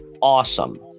awesome